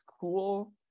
cool